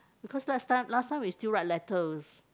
because last time last time we still write letters